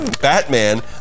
Batman